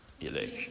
election